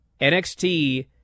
NXT